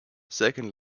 second